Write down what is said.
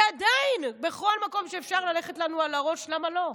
ועדיין, בכל מקום שאפשר ללכת לנו על הראש, למה לא?